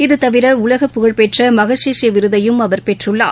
இது தவிரஉலகப்புகழ்பெற்றமாக்ஸேஷே விருதையும் அவர் பெற்றுள்ளார்